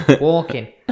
Walking